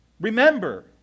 Remember